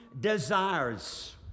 desires